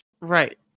Right